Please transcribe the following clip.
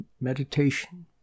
meditation